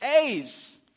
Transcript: A's